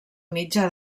mitjà